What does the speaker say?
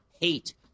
hate